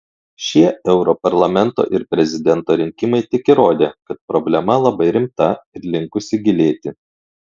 šie europarlamento ir prezidento rinkimai tik įrodė kad problema labai rimta ir linkusi gilėti